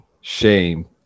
shame